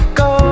go